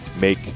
make